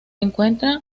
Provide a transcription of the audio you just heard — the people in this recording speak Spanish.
encuentra